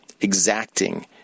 exacting